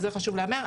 וחשוב שזה ייאמר.